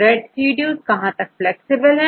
residue कहां तक flexible है